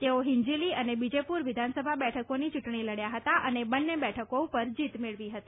તેઓ હિંજીલી અને બિજેપુર વિધાનસભા બેઠકોથી ચૂંટણી લડચા હતા અને બંને બેઠકો પર જીત મેળવી હતી